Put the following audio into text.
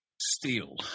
steel